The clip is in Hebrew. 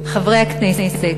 חברי הכנסת,